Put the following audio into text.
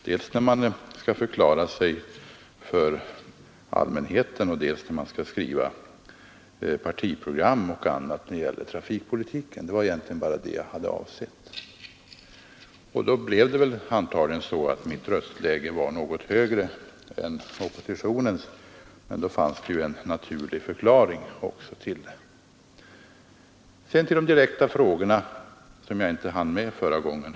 Det blir så när man dels skall förklara sig för allmänheten, dels skriva trafikprogram och annat. Egentligen avsåg jag bara detta, och då blev väl mitt röstläge något högre än oppositionens. Men det fanns som sagt en naturlig förklaring därtill. Låt mig sedan gå till de direkta frågor som jag inte hann med att besvara förra gången.